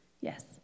Yes